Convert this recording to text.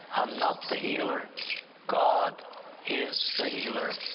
i'm not the healer god is the healer.